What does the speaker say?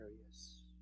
areas